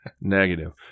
negative